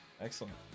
Excellent